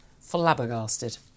flabbergasted